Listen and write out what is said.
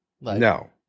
No